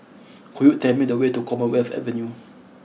could you tell me the way to Commonwealth Avenue